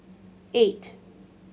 eight